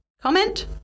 comment